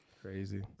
crazy